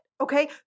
okay